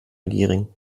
gehring